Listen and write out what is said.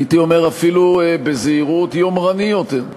הייתי אומר אפילו, בזהירות, יומרני יותר,